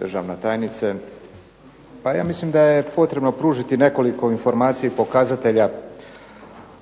državna tajnice. Pa ja mislim da je potrebno pružiti nekoliko informacija i pokazatelja